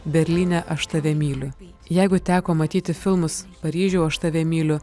berlyne aš tave myliu jeigu teko matyti filmus paryžiau aš tave myliu